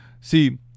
See